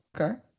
okay